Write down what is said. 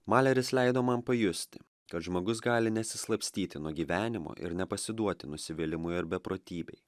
maleris leido man pajusti kad žmogus gali nesislapstyti nuo gyvenimo ir nepasiduoti nusivylimui ar beprotybei